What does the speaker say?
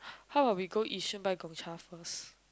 how about we go Yishun buy gong-cha first